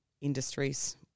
industries